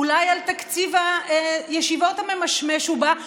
אולי על תקציב הישיבות הממשמש ובא?